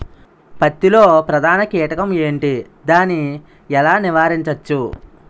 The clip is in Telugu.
పత్తి లో ప్రధాన కీటకం ఎంటి? దాని ఎలా నీవారించచ్చు?